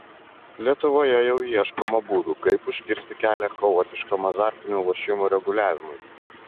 lietuvoje jau ieškoma būdų kaip užkirsti kelią chaotiškam azartinių lošimų reguliavimui